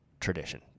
tradition